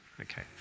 okay